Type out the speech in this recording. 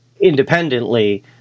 independently